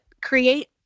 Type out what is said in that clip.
create